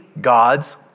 God's